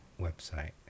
website